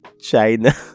China